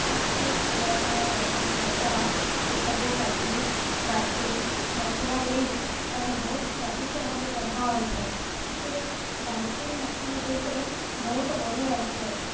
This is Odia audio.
ତାପରେ ପିଆଜ ରସୁଣ ଅଦା ଏସବୁ କାଟି ବାଟି ମସଲା ଦେଇ ତାକୁ ବହୁତ ସ୍ୱାଦିଷ୍ଟ ଭାବରେ ରନ୍ଧା ହୋଇଥାଏ ଏଥିରେ ଡାଲଚିନି ମସଲା ଦେଲେ ବହୁତ ବଢ଼ିଆ ଲାଗିଥାଏ